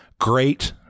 Great